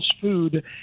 food